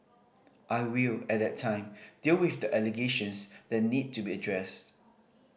I will at that time deal with the allegations that need to be addressed